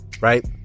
Right